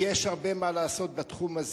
אני לא יכול להבין,